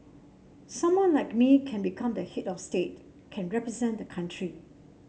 someone like me can become the head of state can represent the country